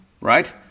Right